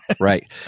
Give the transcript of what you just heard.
right